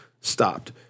stopped